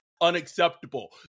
unacceptable